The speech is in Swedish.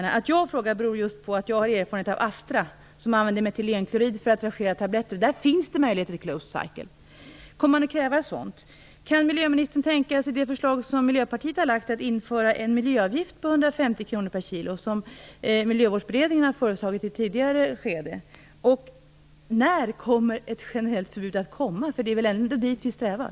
Att jag frågar beror på att jag har erfarenhet av Astra, som använder metylenklorid för att dragera tabletter. Där finns det möjligheter till en "closed cycle". Kommer man att ställa sådana krav? Kan miljöministern tänka sig att genomföra det förslag som Miljöpartiet har lagt fram, nämligen att införa en miljöavgift på 150 kr per kilo, vilket Miljövårdsberedningen också har föreslagit i ett tidigare skede? När kommer ett generellt förbud? Det är väl ändå dit vi strävar.